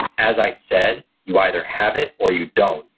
as i said, you either have it or you don't,